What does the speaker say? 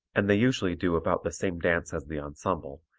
and they usually do about the same dance as the ensemble,